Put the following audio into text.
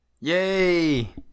yay